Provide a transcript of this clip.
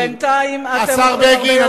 השר בגין.